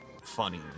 funny